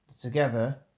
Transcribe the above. Together